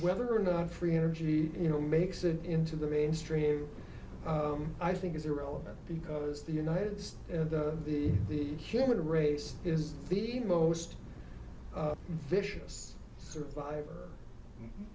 whether or not free energy you know makes it into the mainstream i think is irrelevant because the united states and the the human race is the most vicious survivor